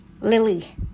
Lily